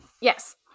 Yes